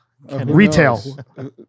retail